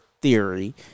theory